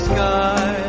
Sky